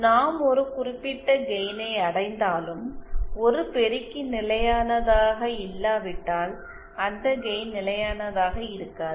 நாம் ஒரு குறிப்பிட்ட கெயினை அடைந்தாலும் ஒரு பெருக்கி நிலையானதாக இல்லாவிட்டால் அந்த கெயின் நிலையானதாக இருக்காது